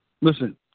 Listen